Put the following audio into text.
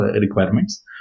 requirements